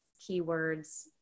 keywords